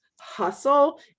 hustle